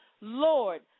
Lord